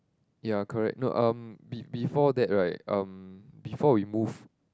ya correct no um be~ before that right um before we move